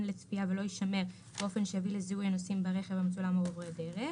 לצפייה ולא יישמר באופן שיביא לזיהוי הנוסעים ברכב המצולם או עוברי דרך,